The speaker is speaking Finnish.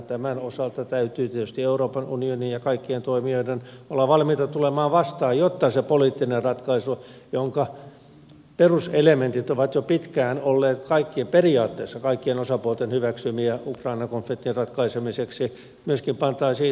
tämän osaltahan täytyy tietysti euroopan unionin ja kaikkien toimijoiden olla valmiita tulemaan vastaan jotta se poliittinen ratkaisu jonka peruselementit ovat jo pitkään olleet periaatteessa kaikkien osapuolten hyväksymiä ukrainan konfliktin ratkaisemiseksi myöskin pantaisiin täytäntöön